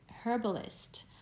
herbalist